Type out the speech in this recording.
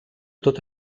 tot